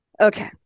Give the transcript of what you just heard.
Okay